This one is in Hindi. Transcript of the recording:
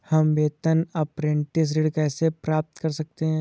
हम वेतन अपरेंटिस ऋण कैसे प्राप्त कर सकते हैं?